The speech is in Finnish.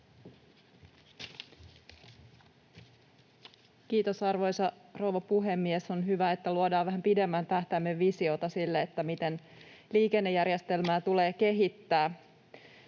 Kiitos, arvoisa rouva puhemies! On hyvä, että luodaan vähän pidemmän tähtäimen visiota sille, miten liikennejärjestelmää tulee kehittää.